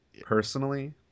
personally